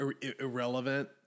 irrelevant